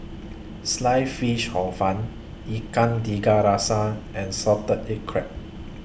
Sliced Fish Hor Fun Ikan Tiga Rasa and Salted Egg Crab